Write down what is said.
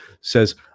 says